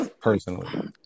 personally